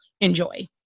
Enjoy